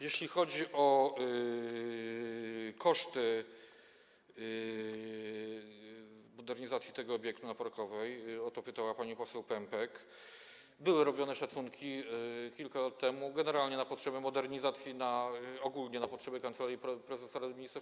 Jeśli chodzi o koszty modernizacji tego obiektu na ul. Parkowej - o to pytała pani poseł Pępek - były robione szacunki kilka lat temu, generalnie na potrzeby modernizacji, ogólnie na potrzeby Kancelarii Prezesa Rady Ministrów.